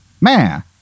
man